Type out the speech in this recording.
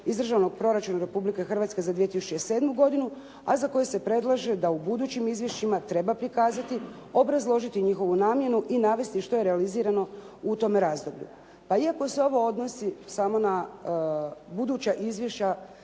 iz državnog proračuna Republike Hrvatske za 2007. godinu, a za koju se predlaže da u budućim izvješćima treba prikazati, obrazložiti njihovu namjenu i navesti što je realizirano u tome razdoblju. Pa iako se ovo odnosi samo na buduća izvješća